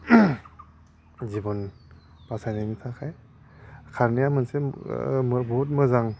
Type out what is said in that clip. जिबन बासायनायनि थाखाय खारनाया मोनसे बहुत मोजां